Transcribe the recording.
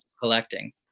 collecting